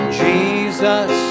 jesus